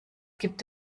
gibt